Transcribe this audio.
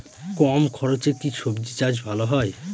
কম খরচে কি সবজি চাষ ভালো হয়?